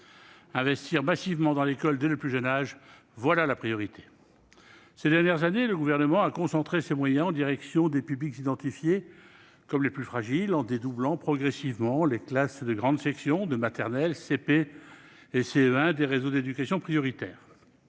Investir massivement dans l'école, dès le plus jeune âge, voilà la priorité ! Ces dernières années, le Gouvernement a concentré ses moyens en direction des publics identifiés comme les plus fragiles, en dédoublant progressivement les classes de grande section de maternelle, de CP et de CE1 des réseaux d'éducation prioritaire